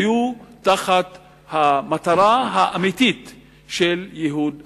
היתה תחת המטרה האמיתית של ייהוד הגליל.